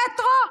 מטרו?